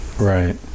right